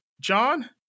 John